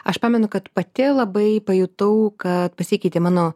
aš pamenu kad pati labai pajutau kad pasikeitė mano